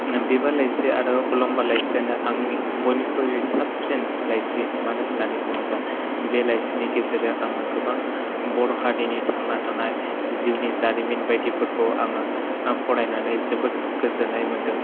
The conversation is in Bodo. बिबार लाइसि आरो अलंबार लाइसियानो आंनि बयनिख्रुइबो साबसिन लाइसि मानो होन्नानै बुङोब्ला बे लाइसिनि गेजेरजों आङो गोबां बर' हारिनि थांना थानाय जिउनि जारिमिन बायदिफोरखौ आङो फरायनानै जोबोद गोजोननाय मोन्दों